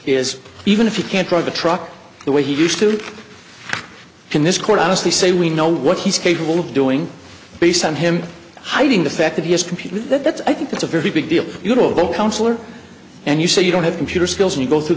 is even if you can't drive a truck the way he used to can this court honestly say we know what he's capable of doing based on him hiding the fact that he has computers that that's i think it's a very big deal you know the counselor and you say you don't have computer skills and you